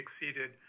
exceeded